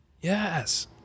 Yes